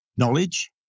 knowledge